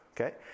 okay